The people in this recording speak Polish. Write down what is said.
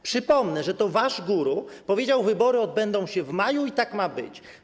Przypomnę, że to wasz guru powiedział: Wybory odbędą się w maju i tak ma być.